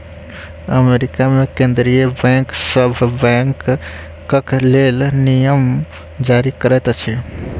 America मे केंद्रीय bank सभ बैंकक लेल नियम जारी करैत अछि